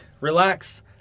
relax